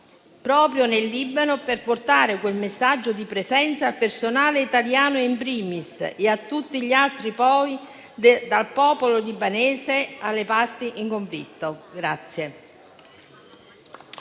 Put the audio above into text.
proprio in Libano per portare quel messaggio di presenza al personale italiano, *in primis*, e a tutti gli altri, dal popolo libanese alle parti in conflitto.